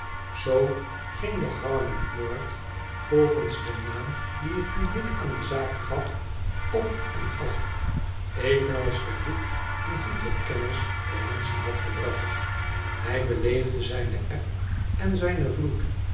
zoo ging de harmon moord volgens den naam dien het pubuek an de zaak gaf op en af evenals de vloed die hem tot de kennis der menschen hsid gebracht hij beleefde zijne eb en zijn vloed